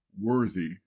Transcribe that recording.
worthy